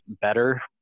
better